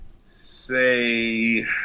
say